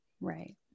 Right